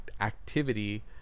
activity